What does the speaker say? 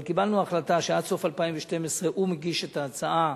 אבל קיבלנו החלטה שעד סוף 2012 הוא מגיש את ההצעה